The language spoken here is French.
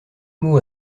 mots